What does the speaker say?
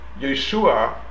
Yeshua